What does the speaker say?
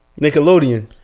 Nickelodeon